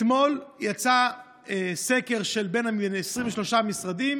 אתמול יצא סקר שבדק 23 משרדים.